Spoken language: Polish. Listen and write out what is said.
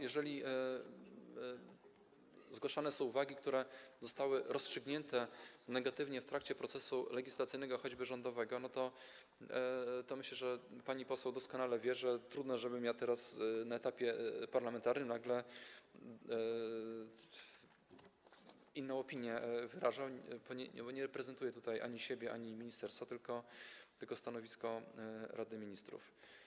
Jeżeli zgłaszane są uwagi, które zostały rozstrzygnięte negatywnie w trakcie procesu legislacyjnego, a choćby rządowego, to myślę, że pani poseł doskonale wie, że trudno, żebym ja teraz na etapie parlamentarnym nagle wyrażał inną opinię, bo nie reprezentuję tutaj ani siebie, ani ministerstwa, tylko stanowisko Rady Ministrów.